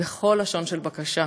בכל לשון של בקשה,